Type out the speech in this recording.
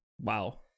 wow